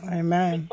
amen